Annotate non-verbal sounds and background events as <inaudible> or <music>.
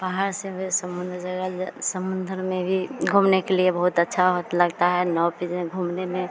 पहाड़ से भी समुद्र <unintelligible> समन्दर में भी घूमने के लिए बहुत अच्छा होता लगता है नाव पर जो है घूमने में